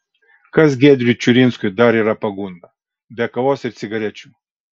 kas giedriui čiurinskui dar yra pagunda be kavos ir cigarečių